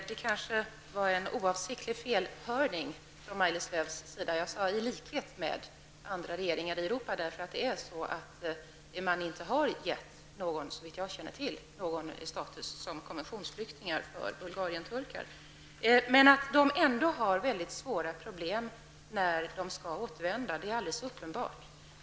Herr talman! Maj-Lis Lööw kanske hörde fel oavsiktligt. Jag sade ''i likhet med många andra regeringar i Europa,,. Såvitt jag känner till har man nämligen inte gett någon status för Bulgarienturkar som konventionsflyktingar. Men det är alldeles uppenbart att de har mycket svåra problem när de skall återvända hem.